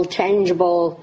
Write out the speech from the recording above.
tangible